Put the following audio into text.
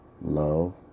love